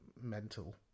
mental